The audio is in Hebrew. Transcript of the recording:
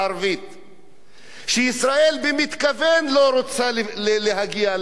וישראל במתכוון לא רוצה להגיע למסמך הזה,